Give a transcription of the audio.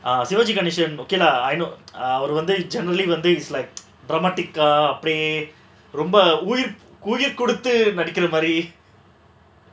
சிவாஜி கணேசன் வந்து:sivaji ganesan vandhu okay lah I know உயிர் கொடுத்து நடிக்குற மாதிரி:uyir koduthu nadikkura maadhiri